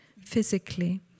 physically